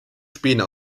späne